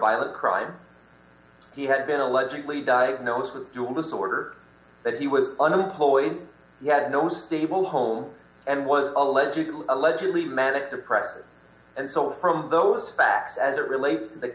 violent crime he had been allegedly diagnosed with this order that he was unemployed he had no stable home and was allegedly allegedly manic depressive and so from those facts as it relates to the